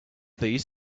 these